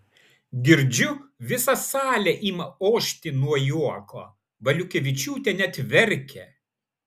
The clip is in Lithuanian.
girdžiu visa salė ima ošti nuo juoko valiukevičiūtė net verkia